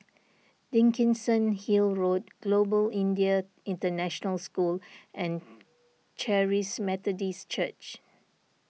Dickenson Hill Road Global Indian International School and Charis Methodist Church